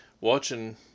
watching